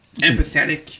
empathetic